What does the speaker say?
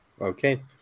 Okay